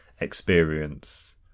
experience